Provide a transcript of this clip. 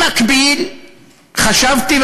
במקביל חשבתי,